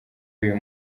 uyu